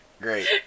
Great